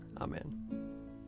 Amen